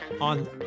On